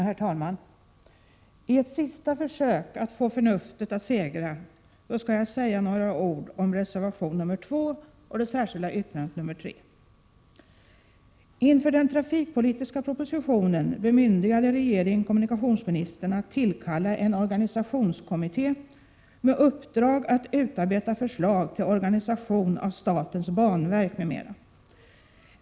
Herr talman! I ett sista försök att få förnuftet att segra skall jag säga några ord om reservation 2 och det särskilda yttrandet 3. Inför den trafikpolitiska propositionen bemyndigade regeringen kommunikationsministern att tillkalla en organisationskommitté med uppdrag att utarbeta förslag till organisation av statens banverk m.m.